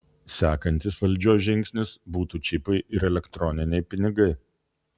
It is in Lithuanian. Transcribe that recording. sekantis valdžios žingsnis būtų čipai ir elektroniniai pinigai